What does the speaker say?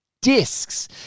discs